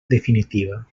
definitiva